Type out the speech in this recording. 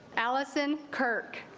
allison kirk